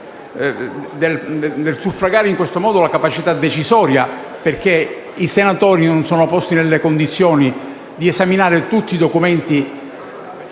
Grazie,